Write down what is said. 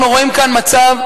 אנחנו רואים כאן מצב,